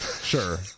sure